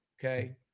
okay